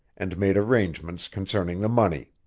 and made arrangements concerning the money.